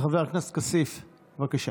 חבר הכנסת כסיף, בבקשה.